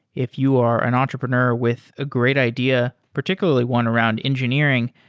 if you are an entrepreneur with a great idea particularly one around engineering,